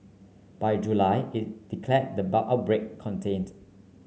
by July it declared the outbreak contained